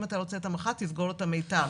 אם אתה רוצה מח"ט, תסגור את המיתר.